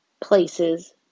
places